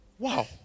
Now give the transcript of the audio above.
Wow